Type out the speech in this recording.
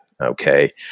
okay